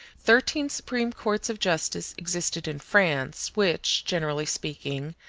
thirteen supreme courts of justice existed in france, which, generally speaking,